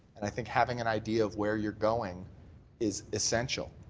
and i think having an idea of where you're going is essential.